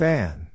Fan